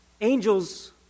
Angels